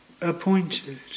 appointed